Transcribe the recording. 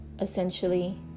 essentially